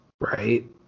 right